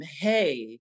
hey